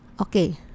Okay